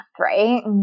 Right